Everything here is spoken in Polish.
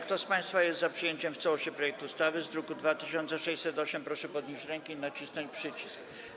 Kto z państwa jest za przyjęciem w całości projektu ustawy z druku nr 2608, proszę podnieść rękę i nacisnąć przycisk.